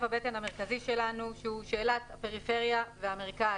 הבטן המרכזי שלנו שהוא שאלת הפריפריה והמרכז.